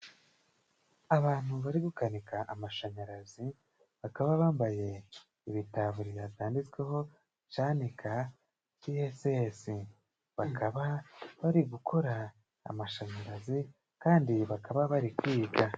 Abantu bari gukanika amashanyarazi, bakaba bambaye ibitaburiya byanditsweho Canika TSS, bakaba bari gukora amashanyarazi kandi bakaba bari kwiga.